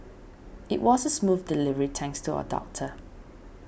it was a smooth delivery thanks to our doctor